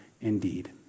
indeed